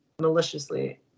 maliciously